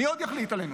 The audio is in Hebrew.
מי עוד יחליט עלינו?